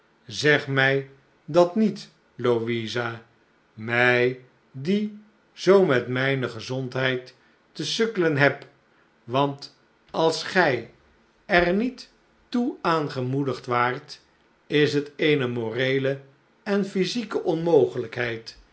zeg mij dat niet louisa mij die zoo met mijne gezondheid te sukkelen heb want als gij er niet toe aangemoedigd waart is het eene moreele en physieke onmogelijkheid